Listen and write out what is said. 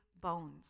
bones